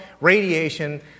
radiation